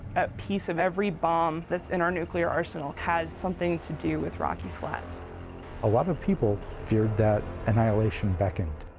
a piece of every bomb that's in our nuclear arsenal has something to do with rocky flats. man a lot of people feared that annihilation beckoned.